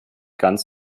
ganz